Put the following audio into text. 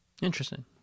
Interesting